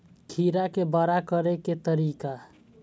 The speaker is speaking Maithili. खीरा के बड़ा करे के तरीका?